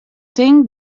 tink